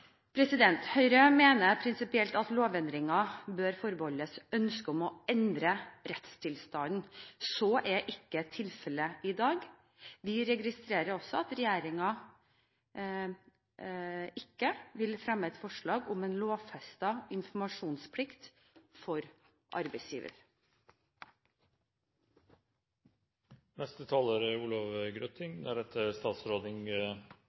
prinsipielt at lovendringer bør forbeholdes ønsket om å endre rettstilstanden. Så er ikke tilfellet i dag. Vi registrerer også at regjeringen ikke vil fremme et forslag om en lovfestet informasjonsplikt for arbeidsgivere. Senterpartiet er